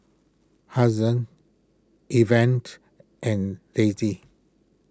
Hazen Event and Daisy